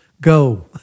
Go